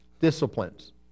disciplines